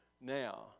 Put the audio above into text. now